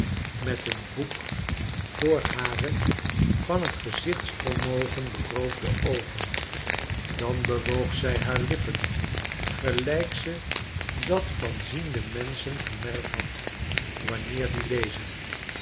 met een boek voor hare van t gezichtsvermogen beroofde oogen dan bewoog zij haar lippen gelijk ze dat vanziende menschen gemerkt had wanneer die lezen